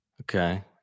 Okay